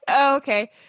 okay